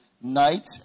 night